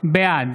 בעד